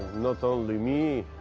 not only me,